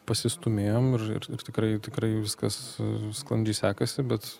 pasistūmėjom ir ir tikrai tikrai viskas sklandžiai sekasi bet